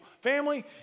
family